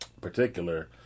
particular